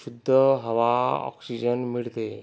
शुद्ध हवा ऑक्सिजन मिळते